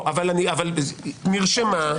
נרשמה.